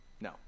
No